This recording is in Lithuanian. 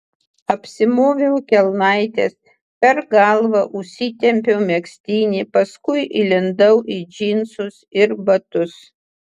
apsimoviau kelnaites per galvą užsitempiau megztinį paskui įlindau į džinsus ir batus